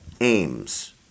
aims